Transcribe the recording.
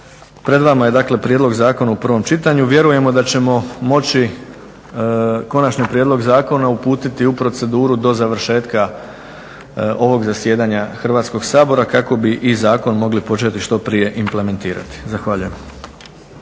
pred vama je prijedlog zakona u prvom čitanju. Vjerujemo da ćemo moći konačni prijedlog zakona uputiti u proceduru do završetka ovog zasjedanja Hrvatskog sabora, kako bi i zakon mogli početi što prije implementirati. Zahvaljujem.